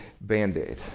band-aid